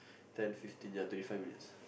ten fifteen ya twenty five minutes